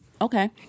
okay